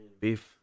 beef